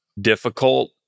difficult